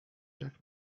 jak